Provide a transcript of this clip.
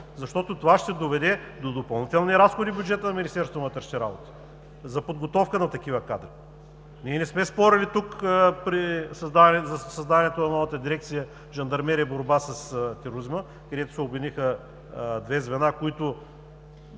защото това ще доведе до допълнителни разходи в бюджета на Министерството на вътрешните работи за подготовка на такива кадри. Ние не сме спорили тук за създаването на новата дирекция „Жандармерия, специални операции и борба с тероризма“, където се обединиха две звена, за които